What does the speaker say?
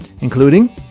including